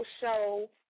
show